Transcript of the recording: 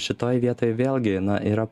šitoj vietoj vėlgi na yra